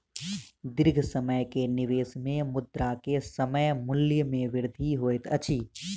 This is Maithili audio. दीर्घ समय के निवेश में मुद्रा के समय मूल्य में वृद्धि होइत अछि